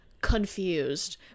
confused